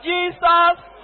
Jesus